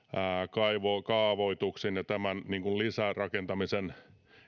kaavoituksen ja lisärakentamisen